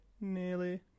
nearly